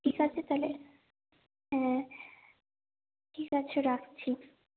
ঠিক আছে তালে হ্যাঁ ঠিক আছে রাখছি